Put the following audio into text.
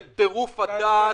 זה טירוף הדעת.